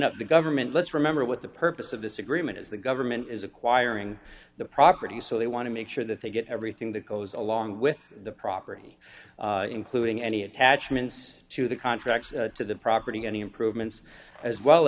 up the government let's remember what the purpose of this agreement is the government is acquiring the property so they want to make sure that they get everything that goes along with the property including any attachments to the contract to the property any improvements as well